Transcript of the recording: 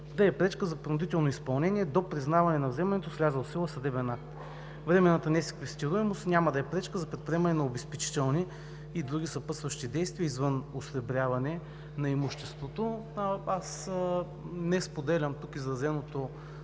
да е пречка за принудително изпълнение до признаване на вземането с влязъл в сила съдебен акт. Временната несеквестируемост няма да е пречка за предприемане на обезпечителни и други съпътстващи действия извън осребряване на имуществото. Аз не споделям тук изразеното